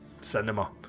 cinema